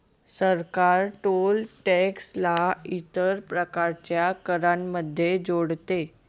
सरकार toll tax ला इतर प्रकारच्या करांमध्ये जोडते